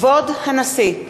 כבוד הנשיא!